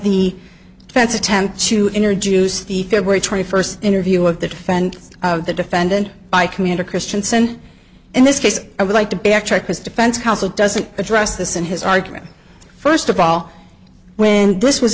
the defense attempt to introduce there were twenty first interview of the defend the defendant by commander christiansen in this case i would like to backtrack his defense counsel doesn't address this in his argument first of all when this was